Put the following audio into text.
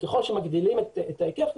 וככל שמגדילים את ההיקף,